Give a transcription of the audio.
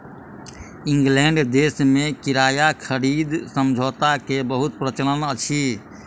England देश में किराया खरीद समझौता के बहुत प्रचलन अछि